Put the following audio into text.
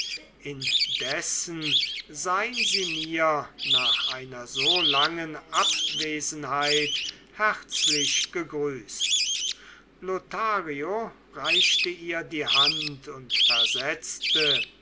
indessen sein sie mir nach einer so langen abwesenheit herzlich gegrüßt lothario reichte ihr die hand und versetzte